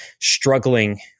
struggling